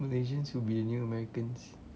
malaysians would be the new americans